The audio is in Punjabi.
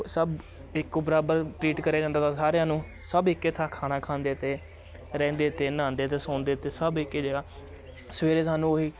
ਸਭ ਇੱਕੋ ਬਰਾਬਰ ਟਰੀਟ ਕਰਿਆ ਜਾਂਦਾ ਤਾ ਸਾਰਿਆਂ ਨੂੰ ਸਭ ਇੱਕ ਥਾਂ ਖਾਣਾ ਖਾਂਦੇ ਤੇ ਰਹਿੰਦੇ ਤੇ ਨਹਾਂਉਦੇ ਤੇ ਸੌਂਦੇ ਤੇ ਸਭ ਇੱਕ ਜਗ੍ਹਾ ਸਵੇਰੇ ਸਾਨੂੰ ਉਹੀ